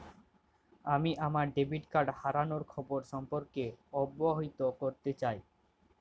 আমি আমার debit card হারানোর খবর সম্পর্কে অবহিত করতে চাই